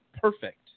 perfect